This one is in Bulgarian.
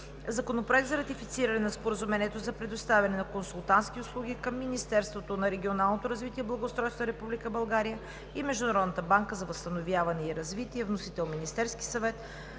Законопроект за ратифициране на Споразумението за предоставяне на консултантски услуги между Министерството на регионалното развитие и благоустройството на Република България и Международната банка за възстановяване и развитие. Вносител: Министерският съвет.